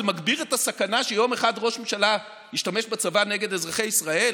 זה מגביר את הסכנה שיום אחד ראש הממשלה ישתמש בצבא נגד אזרחי ישראל?